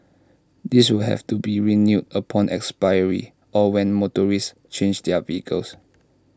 this will have to be renewed upon expiry or when motorists change their vehicles